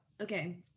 okay